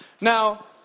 Now